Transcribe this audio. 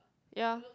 ya